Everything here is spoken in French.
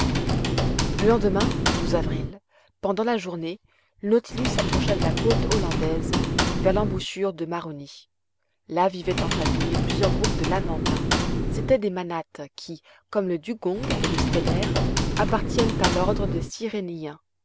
le lendemain avril pendant la journée le nautilus s'approcha de la côte hollandaise vers l'embouchure du maroni là vivaient en famille plusieurs groupes de lamantins c'étaient des manates qui comme le dugong et le stellère appartiennent à l'ordre des